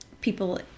people